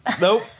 nope